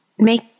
make